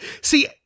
See